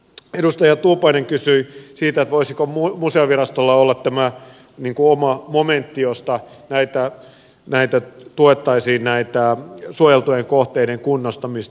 edustaja tuupainen kysyi siitä voisiko museovirastolla olla oma momentti josta tuettaisiin suojeltujen kohteiden kunnostamista